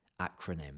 acronym